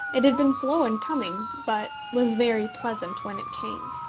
it had been slow in coming, but was very pleasant when it came.